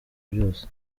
byose